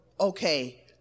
okay